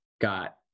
got